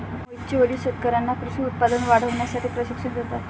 मोहितचे वडील शेतकर्यांना कृषी उत्पादन वाढवण्यासाठी प्रशिक्षण देतात